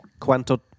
cuánto